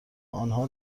انها